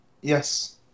yes